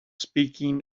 speaking